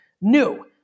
New